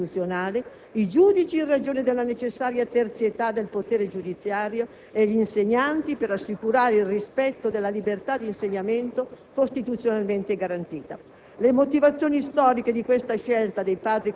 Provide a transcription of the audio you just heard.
Questo avviene in causa di un preciso dettato costituzionale: i giudici in ragione della necessaria terzietà del potere giudiziario e gli insegnanti per assicurare il rispetto della libertà di insegnamento costituzionalmente garantita.